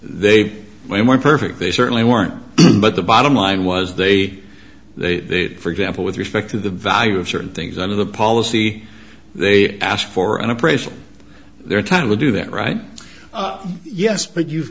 they were perfect they certainly weren't but the bottom line was they they for example with respect to the value of certain things on the policy they asked for an appraisal of their time to do that right yes but you've